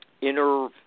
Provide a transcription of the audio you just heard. inner